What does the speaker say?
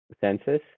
census